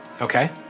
Okay